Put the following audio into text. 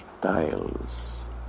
tiles